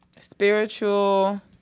Spiritual